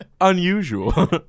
Unusual